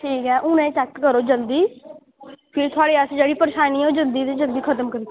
ठीक ऐ हून गै चैक करो जल्दी ते भी थुआढ़ी जेह्ड़ी परेशानी ऐ ओह् जल्दी कोला जल्दी खत्म करी